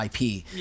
IP